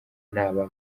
naba